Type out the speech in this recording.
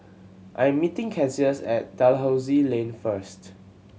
I'm meeting Cassius at Dalhousie Lane first